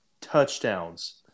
touchdowns